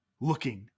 looking